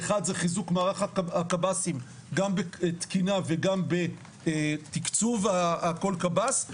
האחד זה חיזוק מערך הקבסי"ם גם בתקינה וגם בתקצוב כל קב"ס.